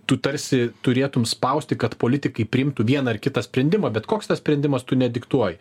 tu tarsi turėtum spausti kad politikai priimtų vieną ar kitą sprendimą bet koks tas sprendimas tu nediktuoji